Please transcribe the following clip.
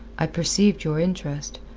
i perceived your interest.